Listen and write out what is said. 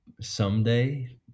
someday